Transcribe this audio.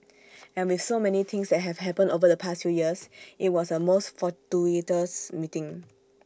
as with so many things that have happened over the past few years IT was A most fortuitous meeting